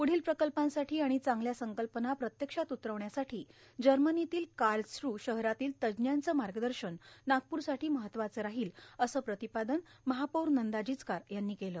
प्रढोल प्रकल्पांसाठो आर्गाण चांगल्या संकल्पना प्रत्यक्षात उतर्रावण्यासाठो जमनीतील कालसू शहरातील तज्ज्ञांचं मागदशन नागपूरसाठो महत्त्वाचं राहोल असं प्र्रातपादन महापौर नंदा जिचकार यांनी केलं